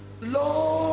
Lord